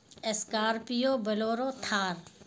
scorpio bolero Thar